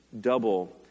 double